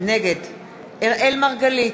נגד אראל מרגלית,